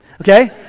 okay